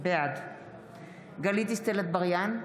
בעד גלית דיסטל אטבריאן,